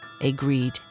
agreed